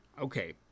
okay